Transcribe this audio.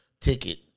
ticket